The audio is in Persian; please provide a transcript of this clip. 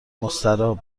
مستراح